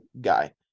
guy